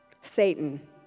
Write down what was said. Satan